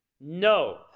no